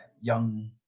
young